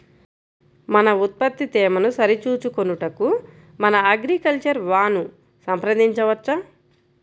మన ఉత్పత్తి తేమను సరిచూచుకొనుటకు మన అగ్రికల్చర్ వా ను సంప్రదించవచ్చా?